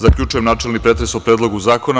Zaključujem načelni pretres o Predlogu zakona.